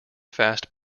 fast